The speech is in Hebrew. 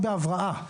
בהבראה,